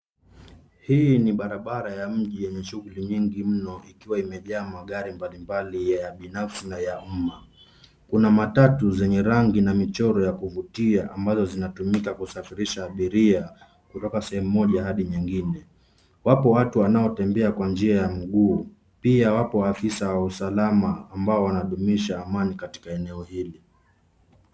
Hii ni barabara ya mji yenye shughuli nyingi mno ikiwa imejaa magari mbalimbali ya binafsi na ya umma. Kuna matatu zenye rangi na michoro ya kuvutia ambazo zinatumika kusafirisha abiria, kutoka sehemu moja hadi nyingine. Wapo watu wanaotembea kwa njia ya mguu, pia wapo afisa wa usalama ambao wanadumisha amani katika eneo hili.